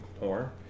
more